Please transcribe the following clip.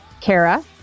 kara